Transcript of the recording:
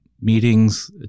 meetings